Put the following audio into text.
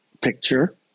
picture